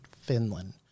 Finland